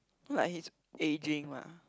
not like he is ageing mah